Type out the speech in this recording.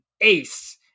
ace